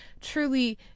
truly